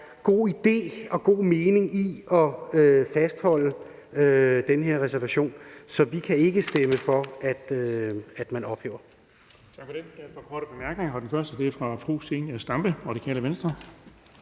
god idé og god mening i at fastholde den her reservation, så vi kan ikke stemme for, at man ophæver